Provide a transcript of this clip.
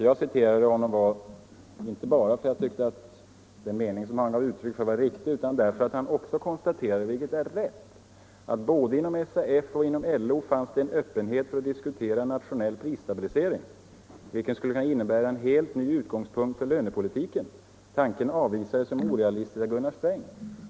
Jag citerade herr Nycander inte bara därför att jag ansåg att den mening som han gav uttryck för var riktig, utan därför att han — vilket är rätt —- också konstaterade att både inom SAF och LO fanns det en öppenhet för att diskutera nationell prisstabilisering, vilket skulle ha kunnat innebära en helt ny utgångspunkt för lönepolitiken. Tanken avvisades som orealistisk av Gunnar Sträng.